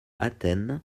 athènes